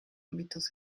ámbitos